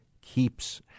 keeps